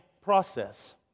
process